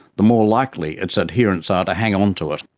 the more likely its adherents are to hang onto it.